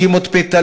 דגימות פתע,